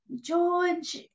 George